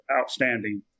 outstanding